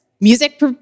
music